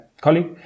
colleague